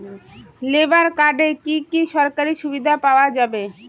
Labour কার্ডে কি কি সরকারি সুবিধা পাওয়া যাবে?